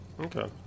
Okay